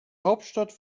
hauptstadt